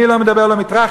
אני לא מדבר לא על טרכטנברג,